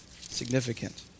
significant